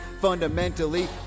fundamentally